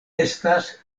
estas